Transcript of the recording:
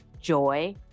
Joy